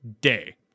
Day